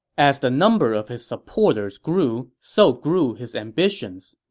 as the number of his supporters grew, so grew his ambitions.